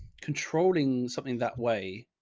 controlling something that way.